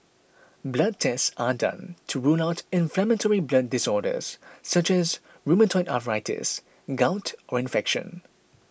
blood tests are done to rule out inflammatory blood disorders such as rheumatoid arthritis gout or infection